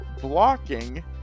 blocking